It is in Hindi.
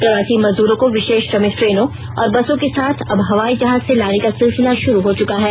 प्रवासी मजदूरों को विशेष श्रमिक ट्रेनों और बसों के साथ अब हवाई जहाज से लाने का सिलसिला शुरू हो चुका है